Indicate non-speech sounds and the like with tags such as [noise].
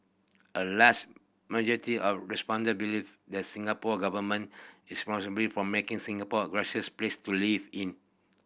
a large majority of respondent believe that Singapore Government is [unintelligible] for making Singapore a gracious place to live in